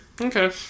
Okay